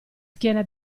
schiena